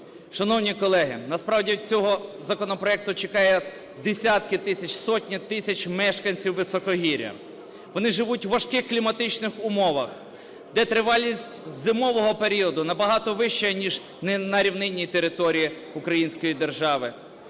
Шановні колеги, насправді, цього законопроекту чекають десятки тисяч, сотні тисяч мешканці високогір'я. Вони живуть у важких кліматичних умовах, де тривалість зимового періоду набагато вища, ніж на рівнинній території української держави,